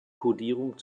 kodierung